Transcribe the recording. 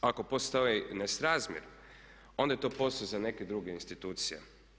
Ako postoji nesrazmjer onda je to posao za neke druge institucije.